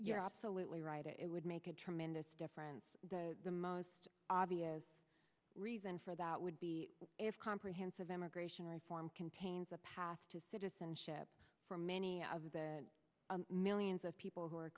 you're absolutely right it would make a tremendous difference the most obvious reason for that would be if comprehensive immigration reform contains a path to citizenship for many of the millions of people who are